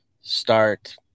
start